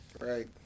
Right